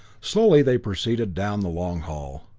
slowly they proceeded down the long hall.